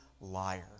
liar